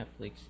Netflix